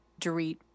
Dorit